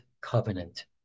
Covenant